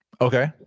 Okay